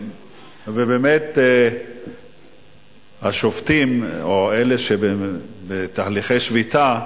ובאמת השובתים, או אלה שבתהליכי שביתה,